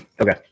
Okay